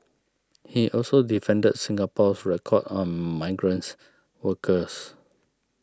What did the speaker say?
he also defended Singapore's record on migrants workers